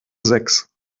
sechs